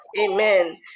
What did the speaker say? amen